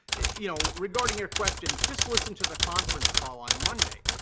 you know, regarding your questions, just listen to the conference call on monday.